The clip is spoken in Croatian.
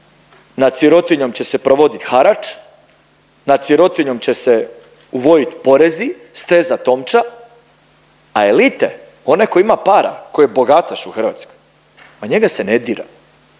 nad sirotinjom će se provodit harač, nad sirotinjom će se uvodit porezi, stezat omča, a elite, onaj tko ima para, tko je bogataš u Hrvatskoj ma njega se ne dira.